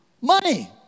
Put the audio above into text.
Money